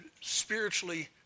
spiritually